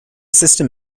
system